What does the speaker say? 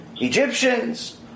Egyptians